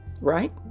Right